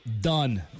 done